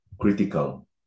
critical